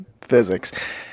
physics